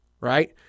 right